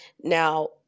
now